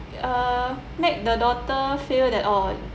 uh make the daughter feel that orh